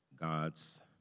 God's